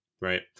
right